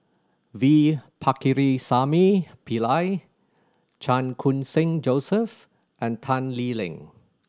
V Pakirisamy Pillai Chan Khun Sing Joseph and Tan Lee Leng